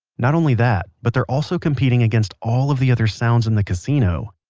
not only that, but they're also competing against all of the other sounds in the casino.